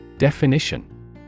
Definition